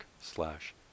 slash